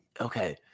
okay